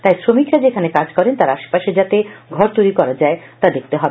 তাই এই শ্রমিকরা যেখানে কাজ করেন তার আশেপাশে যাতে ঘর তৈরি করা যায় তা দেখতে হবে